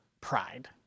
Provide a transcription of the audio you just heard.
pride